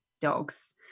dogs